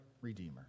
Redeemer